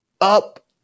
up